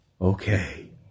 okay